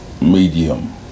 medium